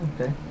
Okay